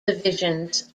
divisions